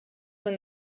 when